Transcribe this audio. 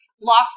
lost